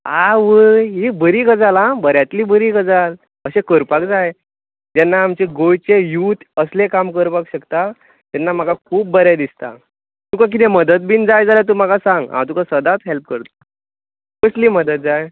आवय ये बरी गजाल आं बऱ्यातली बरी गजाल अशें करपाक जाय जेन्ना आमचे गोंयचे यूथ असलें काम करपाक शकता तेन्ना म्हाका खूब बरें दिसता तुका कितें मदत बीन जाय जाल्यार तूं म्हाका सांग हांव तुका सदांच हॅल्प करत कसली मदत जाय